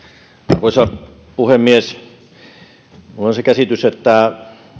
arvoisa puhemies minulla on se käsitys että